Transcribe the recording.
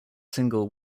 single